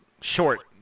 Short